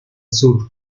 sur